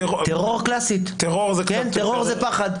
טרור זה פחד.